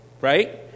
right